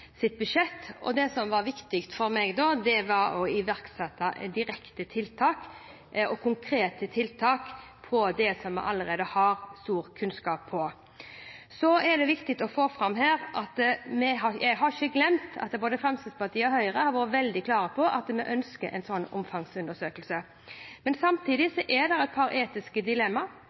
Det som var viktig for meg, var å iverksette direkte og konkrete tiltak for det vi allerede har stor kunnskap om. Det er viktig å få fram her at jeg ikke har glemt at både Fremskrittspartiet og Høyre var veldig klare på at vi ønsket en slik omfangsundersøkelse. Samtidig er det noen etiske dilemmaer.